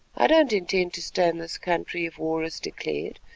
i don't intend to stay in this country if war is declared,